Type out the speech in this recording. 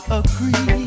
agree